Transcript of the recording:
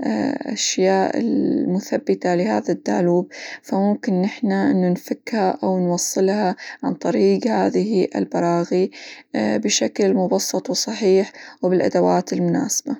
الأشياء المثبتة لهذا الدالوب، فممكن نحنا إنه نفكها، أو نوصلها عن طريق هذه البراغي بشكل مبسط، وصحيح، وبالأدوات المناسبة.